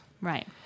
Right